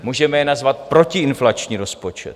Můžeme jej nazvat protiinflační rozpočet.